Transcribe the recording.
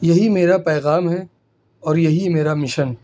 یہی میرا پیغام ہے اور یہی میرا مشن